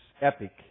epic